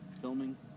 filming